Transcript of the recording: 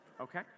Okay